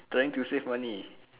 trying to save money